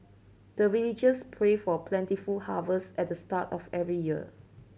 the villagers pray for plentiful harvest at the start of every year